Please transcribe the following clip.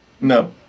No